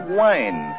wine